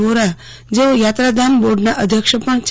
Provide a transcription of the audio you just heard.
વોરા જેઓ યાત્રાધામ બોર્ડના અધ્યક્ષ પણ છે